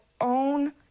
own